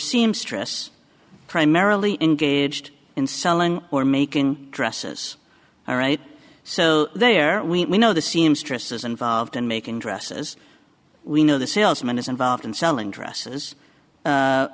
seamstress primarily engaged in selling or making dresses all right so there we know the seamstresses involved in making dresses we know the salesman is involved in selling dresses